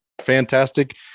fantastic